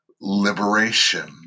liberation